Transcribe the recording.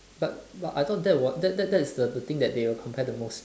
but but I thought that was that that that is the the thing that they will compare the most